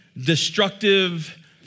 Destructive